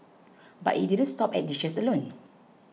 but it didn't stop at dishes alone